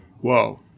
Whoa